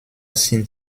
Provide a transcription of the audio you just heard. sind